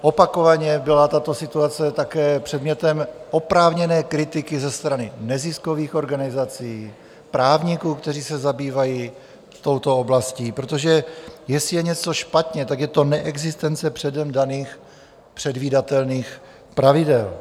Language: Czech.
Opakovaně byla tato situace také předmětem oprávněné kritiky ze strany neziskových organizací, právníků, kteří se zabývají touto oblastí, protože jestli je něco špatně, tak je to neexistence předem daných předvídatelných pravidel.